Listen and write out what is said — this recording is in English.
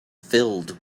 filled